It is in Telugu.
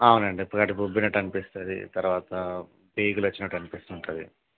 అవునండి కడుపు ఉబ్బినట్టు అనిపిస్తుంది తరువాత పేగులు అరిచినట్టు అనిపిస్తుంటుంది